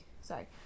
Sorry